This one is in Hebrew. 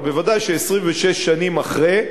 אבל בוודאי ש-26 שנים אחרי,